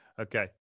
okay